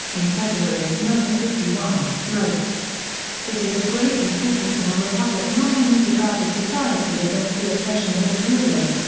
in federalist no. fifty one, wrote it is of great importance in a republic not only to guard the society against the oppression of its rulers,